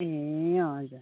ए हजुर